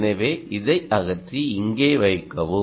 எனவே இதை அகற்றி இங்கே வைக்கவும்